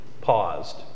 paused